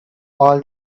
all